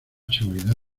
seguridad